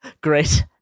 Great